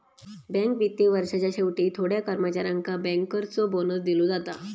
bank वित्तीय वर्षाच्या शेवटी थोड्या कर्मचाऱ्यांका बँकर्सचो बोनस दिलो जाता